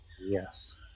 Yes